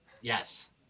Yes